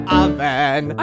oven